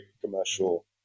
commercial